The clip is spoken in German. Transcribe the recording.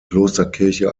klosterkirche